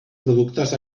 productes